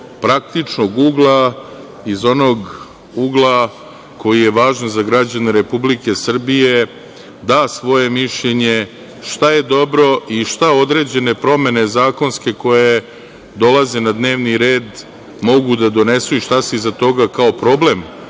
praktičnog ugla iz onog ugla koji je važan za građane Republike Srbije da svoje mišljenje šta je dobro i šta određene promene zakonske koje dolaze na dnevni red mogu da donesu i šta se iza toga, kao problem